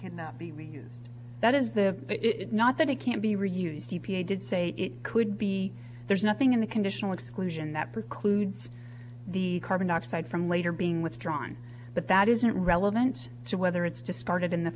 reused that is the it not that it can't be reused e p a did say it could be there's nothing in the conditional exclusion that precludes the carbon dioxide from later being withdrawn but that isn't relevant to whether it's just started in the